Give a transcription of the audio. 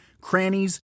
crannies